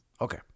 Okay